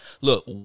Look